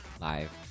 live